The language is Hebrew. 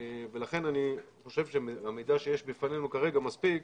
לכן אני חושב שהמידע שיש בפנינו כרגע מספיק